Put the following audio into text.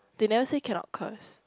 they never say cannot curse